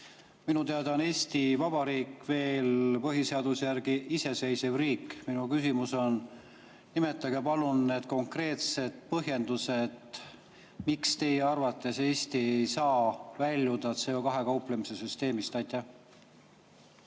Minu teada on Eesti Vabariik veel põhiseaduse järgi iseseisev riik. Minu küsimus on: nimetage palun need konkreetsed põhjused, miks teie arvates Eesti ei saa väljuda CO2-ga kauplemise süsteemist. Aitäh,